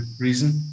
reason